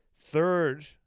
third